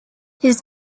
his